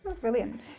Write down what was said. Brilliant